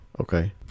Okay